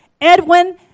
Edwin